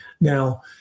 Now